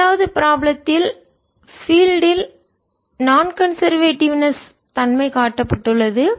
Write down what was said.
இரண்டாவது ப்ராப்ளம் த்தில் பீல்டு ன் புலத்தின் நான் கான்செர்வ்டிவ்ன்ஸ் பழமைவாத மற்ற தன்மை காட்டப்பட்டுள்ளது